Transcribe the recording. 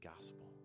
gospel